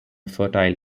fertile